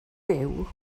byw